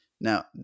Now